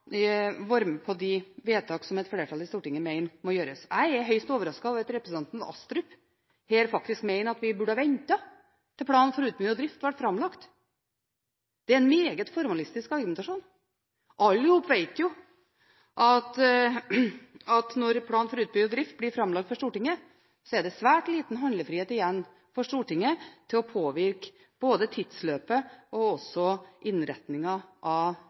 med på de vedtak som et flertall i Stortinget mener må gjøres. Jeg er høyst overrasket over at representanten Astrup her faktisk mener at vi burde ha ventet til plan for utbygging og drift ble framlagt. Det er en meget formalistisk argumentasjon. Alle vet jo at når plan for utbygging og drift blir framlagt for Stortinget, er det svært liten handlefrihet igjen for Stortinget til å påvirke både tidsløpet og også innretningen av